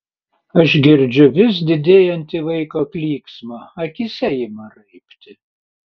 aš girdžiu vis didėjantį vaiko klyksmą akyse ima raibti